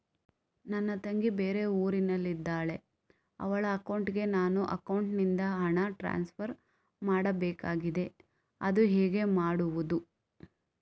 ನನ್ನ ತಂಗಿ ಬೇರೆ ಊರಿನಲ್ಲಿದಾಳೆ, ಅವಳ ಅಕೌಂಟಿಗೆ ನನ್ನ ಅಕೌಂಟಿನಿಂದ ಹಣ ಟ್ರಾನ್ಸ್ಫರ್ ಮಾಡ್ಬೇಕಾಗಿದೆ, ಅದು ಹೇಗೆ ಮಾಡುವುದು?